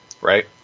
right